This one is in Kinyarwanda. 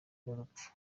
urupfu